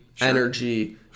energy